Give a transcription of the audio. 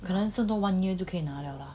so 还剩多 one year 就可以拿 le ah